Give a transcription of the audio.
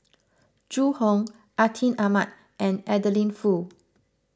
Zhu Hong Atin Amat and Adeline Foo